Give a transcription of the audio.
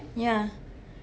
yeah